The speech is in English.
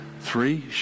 Three